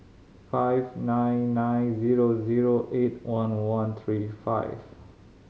five nine nine zero zero eight one one three five